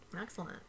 Excellent